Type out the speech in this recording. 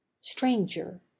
Stranger